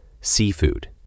Seafood